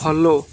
follow